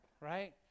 right